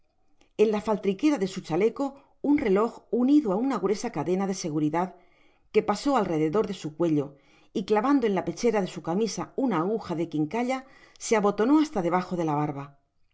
en la faltriquera de sui chaleco un reloj unido á una gruesa cadena dei seguridad que pafó al rededor de su cuello y clavando en la pechera de su camisa una aguja de quincalla se abotonó hasta debaj la barba